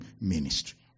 ministry